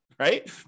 Right